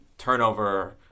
turnover